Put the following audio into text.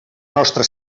nostra